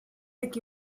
aquí